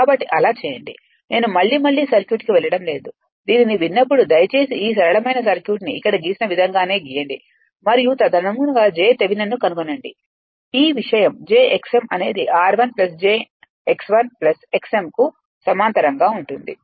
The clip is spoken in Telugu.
కాబట్టి అలా చేయండి నేను మళ్లీ మళ్లీ సర్క్యూట్కు వెళ్ళడం లేదు దీనిని విన్నప్పుడు దయచేసి ఈ సరళమైన సర్క్యూట్ని ఇక్కడ గీసిన విధంగానే గీయండి మరియు తదనుగుణంగా j థెవెనిన్ ను కనుగొనండి ఈ విషయం j x m అనేది r 1 j x1x m కు సమాంతరంగా ఉంటుంది